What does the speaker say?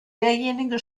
derjenige